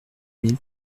mille